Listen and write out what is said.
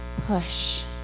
Push